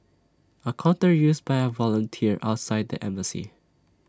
A counter used by A volunteer outside the embassy